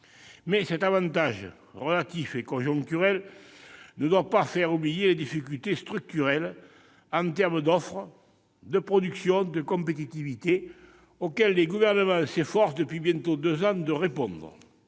Mais cet avantage, relatif et conjoncturel, ne doit pas faire oublier les difficultés structurelles en termes d'offre, de production, de compétitivité, auxquelles le Gouvernement s'efforce depuis bientôt deux ans de répondre.